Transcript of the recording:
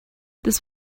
this